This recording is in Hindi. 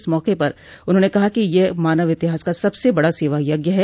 इस मौके पर उन्होंन कहा कि यह मानव इतिहास का सबसे बड़ा सेवा यज्ञ है